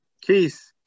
Keith